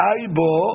Aibo